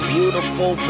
Beautiful